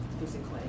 physically